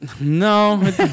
No